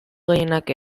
gehienak